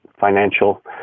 financial